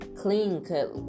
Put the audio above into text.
clean-cut